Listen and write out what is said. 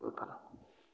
বহুত ভাল